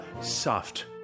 soft